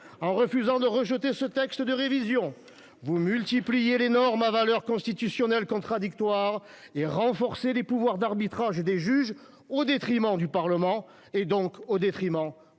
en refusant de rejeter ce texte de révision, vous multipliez les normes à valeur constitutionnelle contradictoires et renforcez les pouvoirs d'arbitrage des juges, au détriment du Parlement, donc de la démocratie.